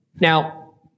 Now